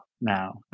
now